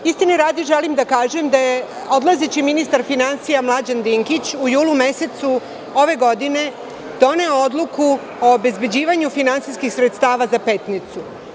Istine radi, želim da kažem da je odlazeći ministar finansija, Mlađan Dinkić, u julu mesecu ove godine doneo odluku o obezbeđivanju finansijskih sredstava za Petnicu.